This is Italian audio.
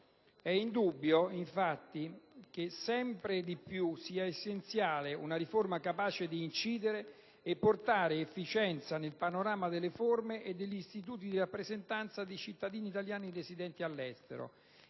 indubbio che sia sempre più essenziale una riforma capace di incidere e portare efficienza nel panorama delle forme e degli istituti di rappresentanza dei cittadini italiani residenti all'estero.